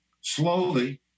slowly